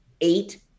Eight